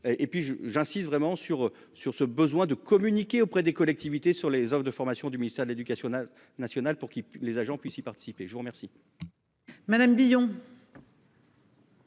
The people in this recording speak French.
et puis je, j'insiste vraiment sur sur ce besoin de communiquer auprès des collectivités sur les offres de formation du ministère de l'Éducation nationale pour que les agents puissent y participer. Je vous remercie.